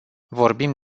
vorbim